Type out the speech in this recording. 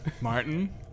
Martin